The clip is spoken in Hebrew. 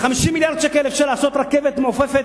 ב-50 מיליארד שקל אפשר לעשות רכבת מעופפת